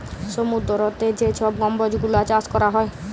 সমুদ্দুরেতে যে ছব কম্বজ গুলা চাষ ক্যরা হ্যয়